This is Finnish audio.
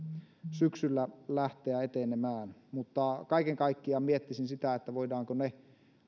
syksyllä lähteä etenemään mutta kaiken kaikkiaan miettisin sitä voidaanko ne